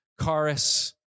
chorus